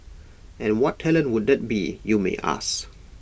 and what talent would that be you may ask